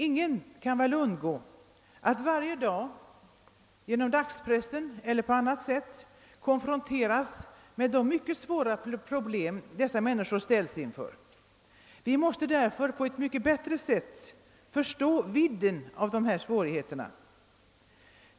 Ingen kan väl undgå att varje dag genom dagspressen eller på annat vis konfronteras med de svåra problem dessa människor ställs inför. Vi måste därför på ett mycket bättre sätt förstå vidden av dessa svårigheter.